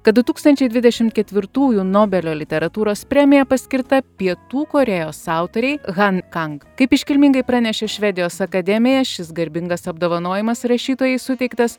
kad du tūkstančiai dvidešim ketvirtųjų nobelio literatūros premija paskirta pietų korėjos autorei han kang kaip iškilmingai pranešė švedijos akademija šis garbingas apdovanojimas rašytojai suteiktas